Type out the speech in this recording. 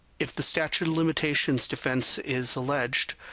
if the statute of limitations defense is alleged,